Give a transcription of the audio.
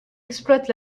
exploite